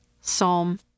Psalm